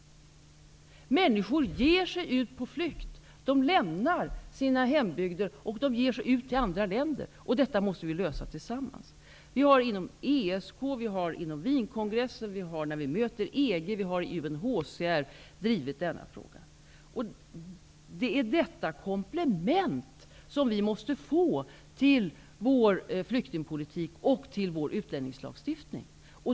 Människor flyr ju, de lämnar sina hembygder och ger sig i väg till andra länder. Detta problem måste vi lösa tillsammans. Denna fråga har drivits i ESK, vid Wienkongressen, i EG och i HCR. Detta komplement måste vi få till vår flyktingpolitik och utlänningslagstiftning.